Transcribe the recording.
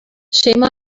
shame